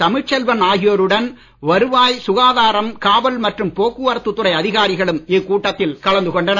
தமிழ்ச்செல்வன் ஆகியோருடன் வருவாய் சுகாதாரம் காவல் மற்றும் போக்குவரத்து துறை அதிகாரிகளும் இக்கூட்டத்தில் கலந்து கொண்டனர்